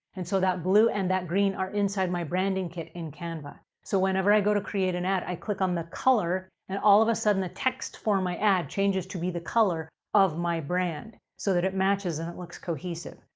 and so that blue and that green are inside my branding kit in canva. so, whenever i go to create an ad, i click on the color and all of a sudden, the text for my ad changes to be the color of my brand so that it matches, and it looks cohesive.